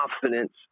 confidence